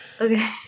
Okay